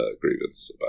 grievance